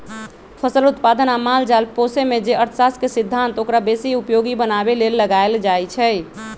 फसल उत्पादन आ माल जाल पोशेमे जे अर्थशास्त्र के सिद्धांत ओकरा बेशी उपयोगी बनाबे लेल लगाएल जाइ छइ